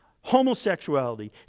homosexuality